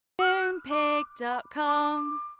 Moonpig.com